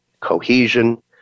cohesion